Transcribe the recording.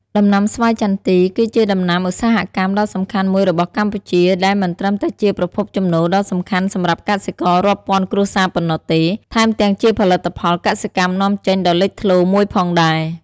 ដំណាំស្វាយចន្ទី គឺជាដំណាំឧស្សាហកម្មដ៏សំខាន់មួយរបស់កម្ពុជា ដែលមិនត្រឹមតែជាប្រភពចំណូលដ៏សំខាន់សម្រាប់កសិកររាប់ពាន់គ្រួសារប៉ុណ្ណោះទេ ថែមទាំងជាផលិតផលកសិកម្មនាំចេញដ៏លេចធ្លោមួយផងដែរ។